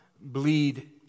bleed